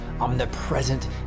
omnipresent